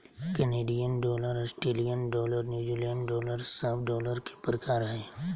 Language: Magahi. Canadian dollar, Australian dollar, New Zealand dollar सब डॉलर के प्रकार हय